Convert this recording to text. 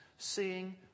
seeing